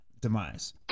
demise